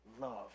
love